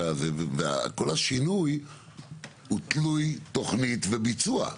וכל השינוי הוא תלוי תוכנית וביצוע.